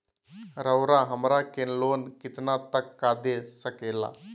रउरा हमरा के लोन कितना तक का दे सकेला?